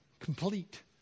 complete